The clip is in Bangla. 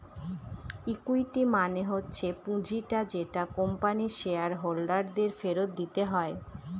ইকুইটি মানে হচ্ছে পুঁজিটা যেটা কোম্পানির শেয়ার হোল্ডার দের ফেরত দিতে হয়